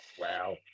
Wow